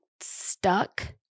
stuck